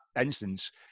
instance